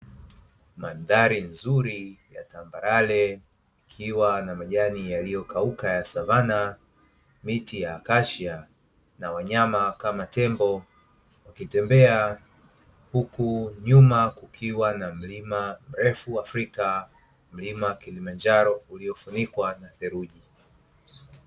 Mandhari nzuri ya tambarare ikiwa na majani yaliyokauka ya savanna, miti ya akashia na wanyama kama tembo wakitembea huku nyuma kukiwa na mlima mrefu wa Afrika, mlima Kilimanjaro uliofunikwa na theluji.